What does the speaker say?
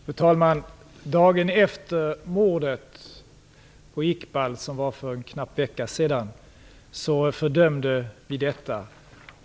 Fru talman! Dagen efter mordet på Iqbal, för en vecka sedan, fördömde vi detta.